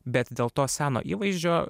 bet dėl to seno įvaizdžio